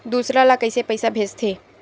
दूसरा ला कइसे पईसा भेजथे?